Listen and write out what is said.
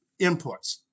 inputs